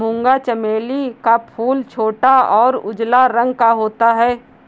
मूंगा चमेली का फूल छोटा और उजला रंग का होता है